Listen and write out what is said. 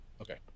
Okay